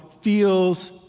feels